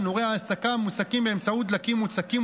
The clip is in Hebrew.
תנורי ההסקה המוסקים באמצעות דלקים מוצקים,